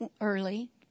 early